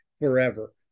forever